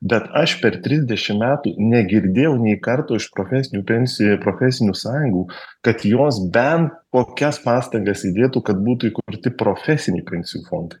bet aš per trisdešimt metų negirdėjau nei karto iš profesinių pensijų profesinių sąjungų kad jos bent kokias pastangas įdėtų kad būtų įkurti profesinių pensijų fondai